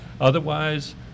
Otherwise